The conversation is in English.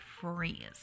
freeze